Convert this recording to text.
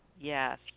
Yes